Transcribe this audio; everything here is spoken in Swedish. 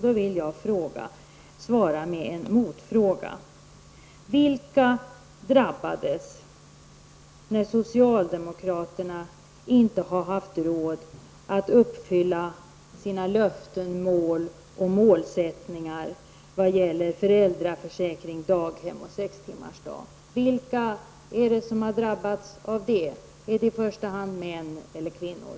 Då vill jag svara med en motfråga: Vilka har drabbats när socialdemokraterna inte har haft råd att uppfylla sina löften, mål och målsättningar när det gäller föräldraförsäkring, daghem och sextimmarsdag? Vilka är det som har drabbats av detta? Är det i första hand män eller kvinnor?